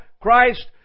Christ